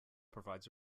provides